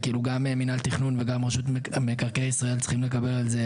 וגם מינהל תכנון וגם רשות מקרקעי ישראל צריכים לקבל על זה